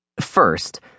First